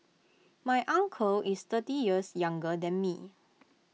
my uncle is thirty years younger than me